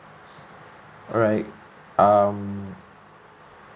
alright um